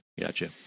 Gotcha